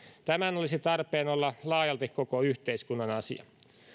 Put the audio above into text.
tämän olisi tarpeen olla laajalti koko yhteiskunnan asia